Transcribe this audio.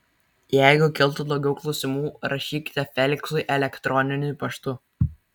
jeigu kiltų daugiau klausimų rašykite feliksui elektroniniu paštu